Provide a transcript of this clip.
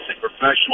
professional